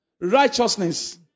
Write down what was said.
Righteousness